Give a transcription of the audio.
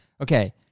Okay